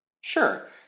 Sure